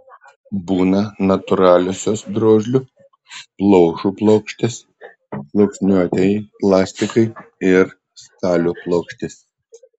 būna natūraliosios drožlių plaušų plokštės sluoksniuotieji plastikai ir stalių plokštės